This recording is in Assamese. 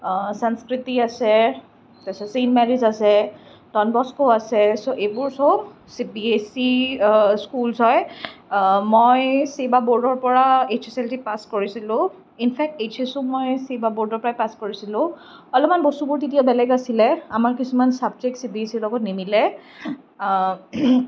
সংস্কৃতি আছে তাৰপিছত চেইণ্ট মেৰীজ আছে ডনবস্কো আছে ছ' এইবোৰ চব চিবিএছই স্কুল্চ হয় মই ছেবা বোৰ্ডৰ পৰাই H S L C pass কৰিছিলোঁ ইনফেক্ট এইছ এছো মই ছেবা বোৰ্ডৰ পৰাই পাছ কৰিছিলো অলপমান বস্তুবোৰ তেতিয়া বেলেগ আছিল আমাৰ কিছুমান চাবজেক্ট চিবিএছই ৰ লগত নিমিলে